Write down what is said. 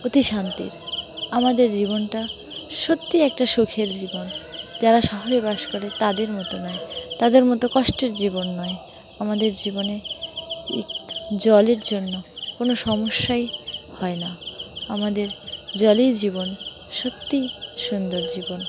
অতি শান্তির আমাদের জীবনটা সত্যিই একটা সুখের জীবন যারা শহরে বাস করে তাদের মতো নয় তাদের মতো কষ্টের জীবন নয় আমাদের জীবনে জলের জন্য কোনো সমস্যাই হয় না আমাদের জলই জীবন সত্যিই সুন্দর জীবন